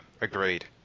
agreed